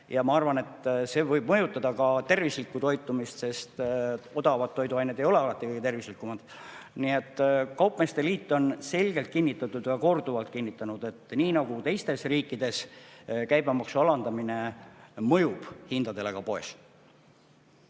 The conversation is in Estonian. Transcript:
Ja ma arvan, et see võib mõjutada ka tervislikku toitumist, sest odavad toiduained ei ole alati kõige tervislikumad. Nii et kaupmeeste liit on selgelt ja korduvalt kinnitanud, et nii nagu ka teistes riikides [on näha], mõjub käibemaksu alandamine hindadele poes.